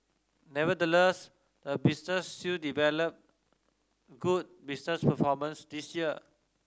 nevertheless the business still delivered good business performance this year